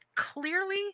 Clearly